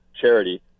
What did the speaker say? charity